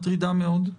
מטרידה מאוד.